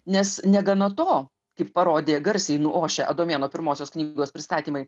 nes negana to kaip parodė garsiai nuošę adomėno pirmosios knygos pristatymai